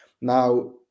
Now